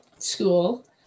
school